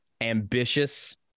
ambitious